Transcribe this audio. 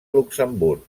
luxemburg